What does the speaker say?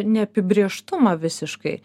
neapibrėžtumą visiškai